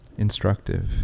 instructive